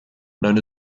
known